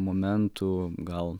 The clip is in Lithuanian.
momentų gal